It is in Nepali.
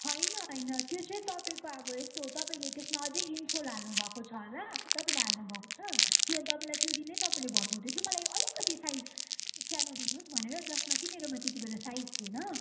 होइन होइन त्यो चाहिँ तपाईँको अब यस्तो हो तपाईँले त्यसमा अझै इन्सोल हाल्नु भएको छ होला तपाईँले हाल्नु भँको छ कि तपाईँले त्यो दिनै भन्नुहुँदै थियो मलाई यो अलिकति साइज सानो दिनुहोस् भनेर जसमा कि मेरोमा त्यति बेला साइज थिएन